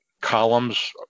columns